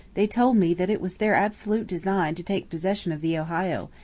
they told me that it was their absolute design to take possession of the ohio,